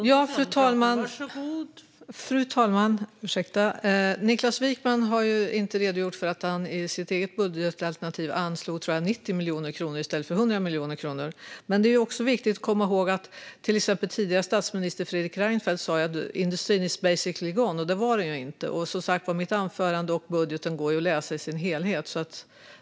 Fru talman! Niklas Wykman har ju inte redogjort för att han i sitt eget budgetalternativ anslog, tror jag, 90 miljoner kronor i stället för 100 miljoner kronor. Det är också viktigt att komma ihåg till exempel att den tidigare statsministern Fredrik Reinfeldt sa att industrin var "basically gone". Det var den ju inte. Mitt anförande, liksom budgeten, går ju att läsa i sin helhet.